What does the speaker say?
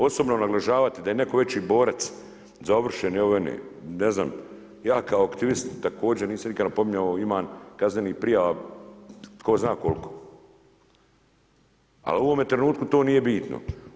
Osobno naglašavati da je neko veći borac za ovršene … ne znam, ja kao aktivist također nisam napominjao imam kaznenih prijava tko zna koliko, ali u ovome trenutku to nije bitno.